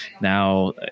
now